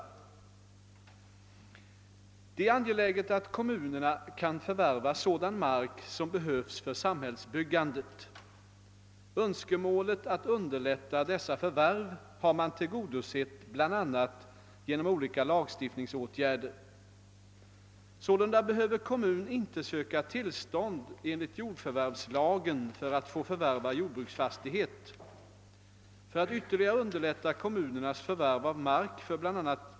Det är angeläget att kommunerna kan förvärva sådan mark som behövs för samhällsbyggandet. önskemålet att underlätta dessa förvärv har man tillgodosett bl.a. genom olika lagstiftningsåtgärder. Sålunda behöver kommun inte söka tillstånd enligt jordförvärvslagen för att få förvärva jordbruksfastighet. För att ytterligare underlätta kommunernas förvärv av mark för bla.